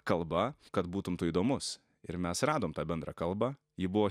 kalba kad būtum tu įdomus ir mes radom tą bendrą kalbą ji buvo